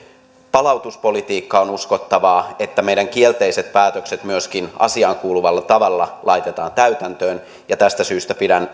palautuspolitiikka on uskottavaa että myöskin meidän kielteiset päätökset asiaan kuuluvalla tavalla laitetaan täytäntöön ja tästä syystä pidän